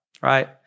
Right